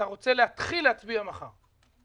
אתה רוצה להתחיל להצביע מחר.